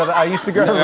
i used to go.